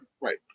right